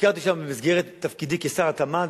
ביקרתי שם במסגרת תפקידי כשר התמ"ת,